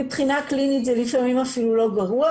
מבחינה קלינית זה לפעמים אפילו לא גרוע,